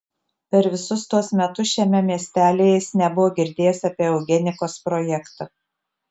per visus tuos metus šiame miestelyje jis nebuvo girdėjęs apie eugenikos projektą